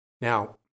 Now